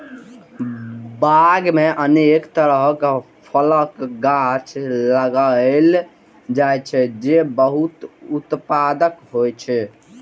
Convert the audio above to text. बाग मे अनेक तरहक फलक गाछ लगाएल जाइ छै, जे बहुत उत्पादक होइ छै